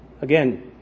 Again